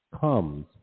comes